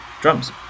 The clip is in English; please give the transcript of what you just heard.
drums